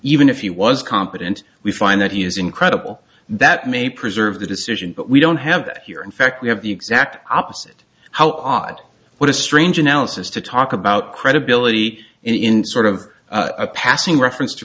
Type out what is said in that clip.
even if he was competent we find that he is incredible that may preserve the decision but we don't have here in fact we have the exact opposite how odd what a strange analysis to talk about credibility in sort of a passing reference to